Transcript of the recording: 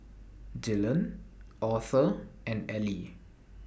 Dylan Auther and Elie